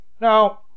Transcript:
Now